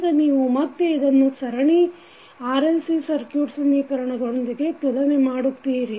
ಈಗ ನೀವು ಮತ್ತೆ ಇದನ್ನು ಸರಣಿ RLC ಸರ್ಕುಟ್ ಸಮೀಕರಣದೊಂದಿಗೆ ತುಲನೆ ಮಾಡುತ್ತೀರಿ